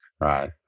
Right